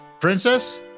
Princess